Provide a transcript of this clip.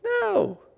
No